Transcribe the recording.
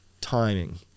timing